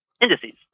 indices